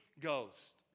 Ghost